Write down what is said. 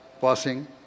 passing